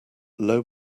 low